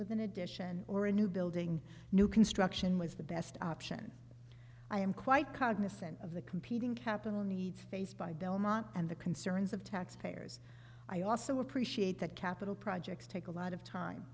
with an addition or a new building new construction was the best option i am quite cognizant of the competing capital needs faced by belmont and the concerns of taxpayers i also appreciate that capital projects take a lot of time